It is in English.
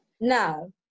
now